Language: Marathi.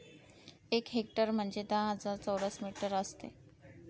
एक हेक्टर म्हणजे दहा हजार चौरस मीटर असते